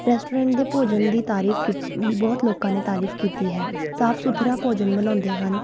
restaurant ਦੇ ਭੋਜਨ ਦੀ ਤਾਰੀਫ਼ ਕੀਤ ਬਹੁਤ ਲੋਕਾਂ ਨੇ ਤਾਰੀਫ਼ ਕੀਤੀ ਹੈ ਸਾਫ਼ ਸੁਥਰਾ ਭੋਜਨ ਬਣਾਉਂਦੇ ਹਨ